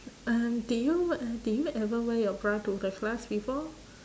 um did you uh did you ever wear your bra to the class before